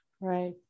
Right